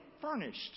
furnished